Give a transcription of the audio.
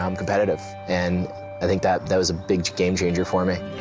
um kind of and i think that that was a big game-changer for me.